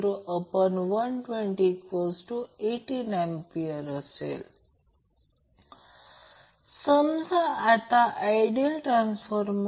तर या कॅपेसिटरमधील व्होल्टेज I XC आहे I हा 40 अँपिअर आहे आणि XC 1ω C C 50 मायक्रोफॅरड आहे